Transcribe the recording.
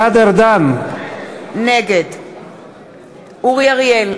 נגד אורי אריאל,